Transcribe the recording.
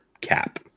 cap